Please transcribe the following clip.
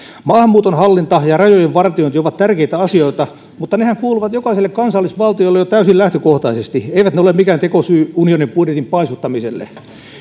maahanmuuton hallinta ja rajojen vartiointi ovat tärkeitä asioita mutta nehän kuuluvat jokaiselle kansallisvaltiolle jo täysin lähtökohtaisesti eivät ne ole mikään tekosyy unionin budjetin paisuttamiselle